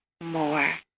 more